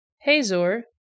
Hazor